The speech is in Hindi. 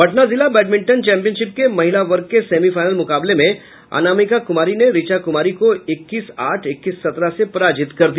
पटना जिला बैडमिंटन चैंपियनशिप के महिला वर्ग के सेमीफाइनल मुकाबले में अनामिका कुमारी ने रिचा कुमारी को इक्कीस आठ इक्कीस सत्रह से पराजित कर दिया